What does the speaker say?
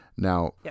Now